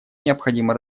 необходимо